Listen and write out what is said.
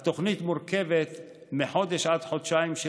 התוכנית מורכבת מחודש עד חודשיים של